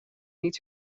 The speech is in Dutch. niet